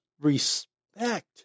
respect